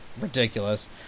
ridiculous